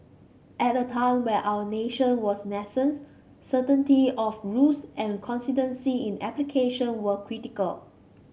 at a time where our nation was nascent certainty of rules and consistency in application were critical